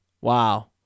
Wow